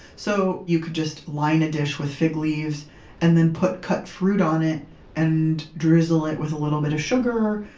so you could just line a dish with fig leaves and then put cut fruit on it and drizzle it with a little bit of sugar,